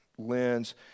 lens